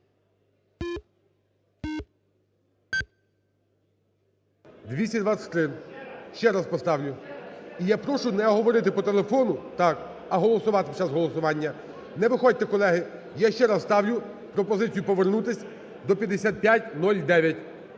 За-223 Ще раз поставлю. І я прошу не говорити по телефону, а голосувати під час голосування. Не виходьте, колеги. Я ще раз ставлю пропозицію повернутись до 5509.